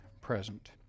present